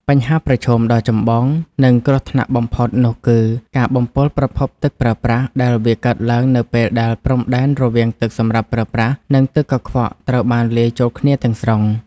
បញ្ហាប្រឈមដ៏ចម្បង និងគ្រោះថ្នាក់បំផុតនោះគឺ ការបំពុលប្រភពទឹកប្រើប្រាស់ ដែលវាកើតឡើងនៅពេលដែលព្រំដែនរវាងទឹកសម្រាប់ប្រើប្រាស់ និងទឹកកខ្វក់ត្រូវបានរលាយចូលគ្នាទាំងស្រុង។